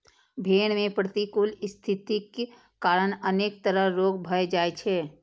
भेड़ मे प्रतिकूल स्थितिक कारण अनेक तरह रोग भए जाइ छै